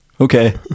Okay